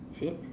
is it